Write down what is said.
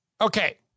Okay